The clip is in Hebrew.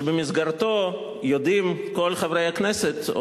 שבמסגרתו יודעים כל חברי הכנסת,